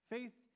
Faith